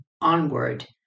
onward